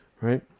right